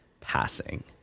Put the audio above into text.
passing